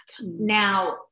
Now